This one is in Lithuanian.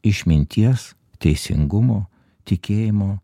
išminties teisingumo tikėjimo